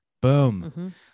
Boom